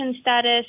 status